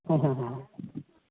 ᱦᱮᱸ ᱦᱮᱸ